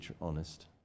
honest